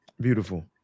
Beautiful